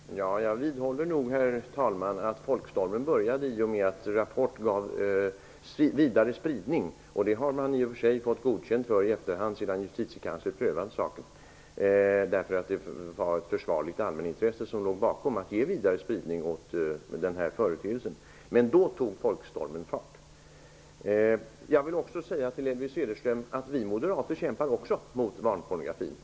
Herr talman! Jag vidhåller nog att folkstormen började i och med att Rapport gav vidare spridning åt denna företeelse. Detta har man i och för sig i efterhand fått godkänt för, sedan justitiekanslern prövat saken. Det låg ett försvarligt allmänintresse bakom denna spridning, men det var då som folkstormen tog fart. Jag vill till Elvy Söderström säga att också vi moderater kämpar mot barnpornografin.